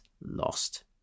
lost